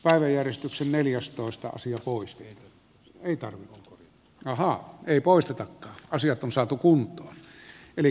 arvojärjestys on neljäs toista asiaa puissa ei tarvita rahaa ei käsittelyn pohjana on ympäristövaliokunnan mietintö